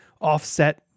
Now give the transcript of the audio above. offset